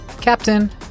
Captain